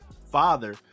father